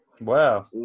Wow